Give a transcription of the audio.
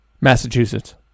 Massachusetts